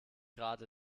gerade